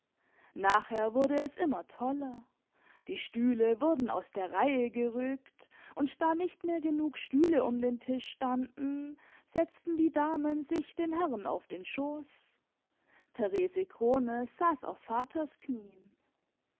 nachher wurde es immer toller die stühle wurden aus der reihe gerückt und da nicht mehr genug stühle um den tisch standen setzten die damen sich den herren auf den schoß therese krones saß auf vaters knien